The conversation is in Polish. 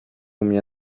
mnie